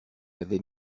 avait